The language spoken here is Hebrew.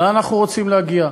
לאן אנחנו רוצים להגיע.